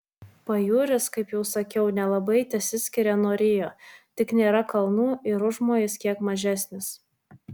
pajūris kaip jau sakiau nelabai tesiskiria nuo rio tik nėra kalnų ir užmojis kiek mažesnis